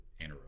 anaerobic